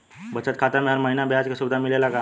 बचत खाता में हर महिना ब्याज के सुविधा मिलेला का?